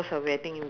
hello